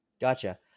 gotcha